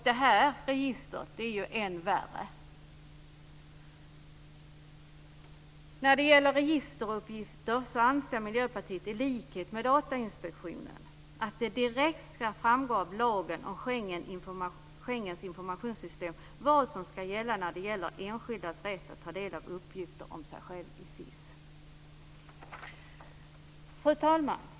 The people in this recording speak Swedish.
Det här registret är än värre. När det gäller registeruppgifter anser Miljöpartiet i likhet med Datainspektionen att det direkt ska framgå av lagen om Schengens informationssystem vad som ska gälla för enskildas rätt att ta del av uppgifter som sig själv i SIS. Fru talman!